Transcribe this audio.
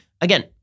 Again